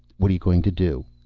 what are you going to do?